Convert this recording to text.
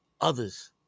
others